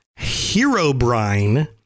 Herobrine